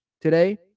today